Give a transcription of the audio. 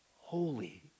holy